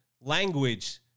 language